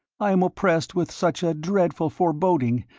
i am oppressed with such a dreadful foreboding,